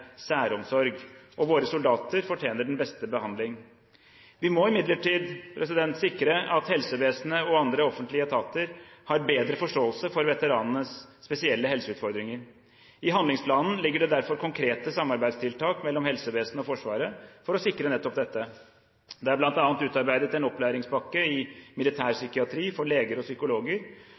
særomsorg. Våre soldater fortjener den beste behandling. Vi må imidlertid sikre at helsevesenet og andre offentlige etater har bedre forståelse for veteranenes spesielle helseutfordringer. I handlingsplanen ligger det derfor konkrete samarbeidstiltak mellom helsevesenet og Forsvaret for å sikre nettopp dette. Det er bl.a. utarbeidet en opplæringspakke i militærpsykiatri for leger og psykologer.